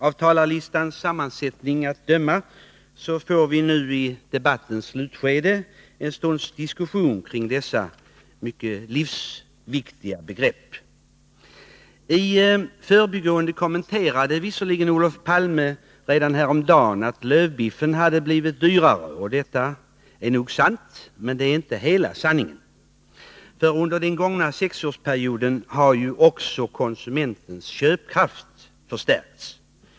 Av talarlistans sammansättning att döma får vi nu i debattens slutskede en stunds diskussion kring dessa livsviktiga begrepp. I förbigående kommenterade visserligen Olof Palme redan häromdagen att lövbiffen hade blivit dyrare, och detta är nog sant — men det är inte hela sanningen, för under den gångna sexårsperioden har ju också konsumentens köpkraft förstärkts.